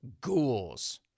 ghouls